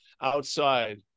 outside